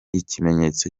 ikimenyetso